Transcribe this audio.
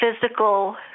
physical